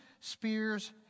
spears